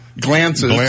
glances